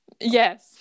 yes